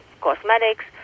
cosmetics